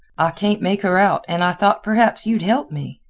i can't make her out, and i thought perhaps you'd help me.